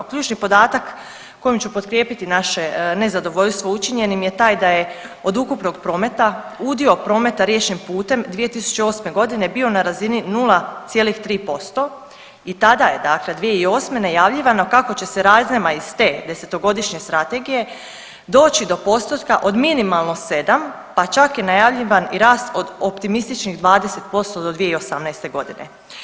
Ključni podatak kojim ću potkrijepiti naše nezadovoljstvo učinjenim je taj da je od ukupnog prometa udio prometa riječnim putem 2008. godine bio na razini 0,3% i tada je, dakle 2008. najavljivano kako će se razinama iz te desetogodišnje strategije doći do postotka od minimalno sedam, pa čak je i najavljivan rast od optimističnih 20% do 2018. godine.